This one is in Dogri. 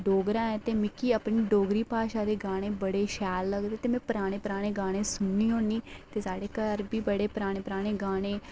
डोगरा ऐ ते मिकी अपना डोगरी भाशा दे गाने बड़े शैल लगदे ते में पराने पराने गाने सुननी होन्नीं ते साढ़े घर बी बड़े पराने पराने गाने